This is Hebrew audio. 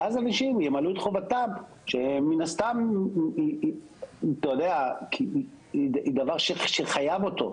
ואז אנשים ימלאו את חובתם שמן הסתם היא דבר שחייב אותו,